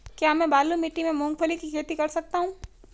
क्या मैं बालू मिट्टी में मूंगफली की खेती कर सकता हूँ?